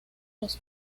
los